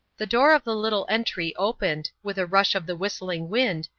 the door of the little entry opened, with a rush of the whistling wind,